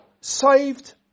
saved